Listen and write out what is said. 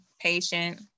patient